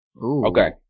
Okay